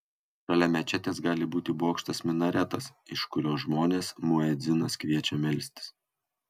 šalia mečetės gali būti bokštas minaretas iš kurio žmones muedzinas kviečia melstis